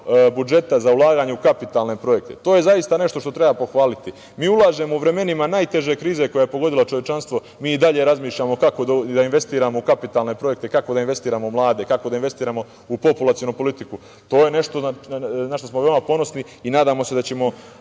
budžeta za ulaganje u kapitalne projekte. To je zaista nešto što treba pohvaliti. Mi ulažemo u vremenima najteže krize koja je pogodila čovečanstvo, mi i dalje razmišljamo kako da investiramo u kapitalne projekte, kako da investiramo u mlade, kako da investiramo u populacionu politiku. To je nešto na šta smo veoma ponosni i nadamo se da ćemo